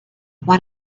when